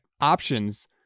options